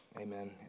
Amen